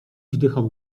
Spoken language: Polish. wdychał